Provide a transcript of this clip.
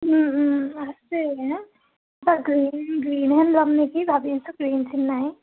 আছে ত' গ্ৰীণ গ্ৰীনে ল'ম নেকি ভাবি আছো গ্ৰীণ চিন নাই